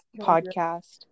Podcast